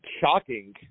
shocking